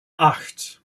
acht